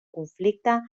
conflicte